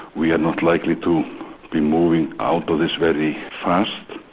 we are not likely to be moving out of this very fast,